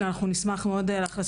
ואנחנו נשמח מאוד לאכלס אותן.